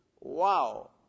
Wow